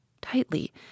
tightly